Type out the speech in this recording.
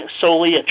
solely